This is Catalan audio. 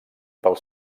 pels